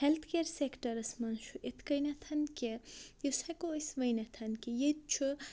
health care سِیکٹَرَس منٛز چھُ یِتھ کٔنٮ۪تَھ کہِ یُس ہٮ۪کو أسۍ ؤنِتھ کہِ ییٚتہِ چھُ